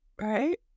Right